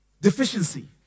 deficiency